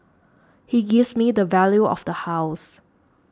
he gives me the value of the house